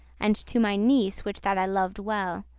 and to my niece, which that i loved well,